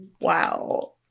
Wow